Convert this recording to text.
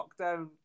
lockdown